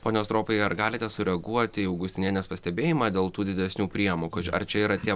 pone stropai ar galite sureaguoti į augustinienės pastebėjimą dėl tų didesnių priemok ar čia yra tie